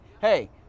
hey